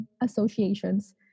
associations